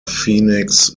phoenix